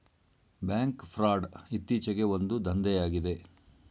bank fraud ಇತ್ತೀಚೆಗೆ ಒಂದು ದಂಧೆಯಾಗಿದೆ